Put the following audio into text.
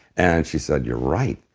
and she said, you're right.